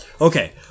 Okay